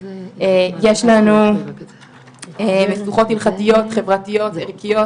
יש לנו משוכות עם חזיות חברתיות, ערכיות,